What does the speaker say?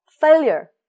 failure